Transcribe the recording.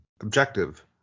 Objective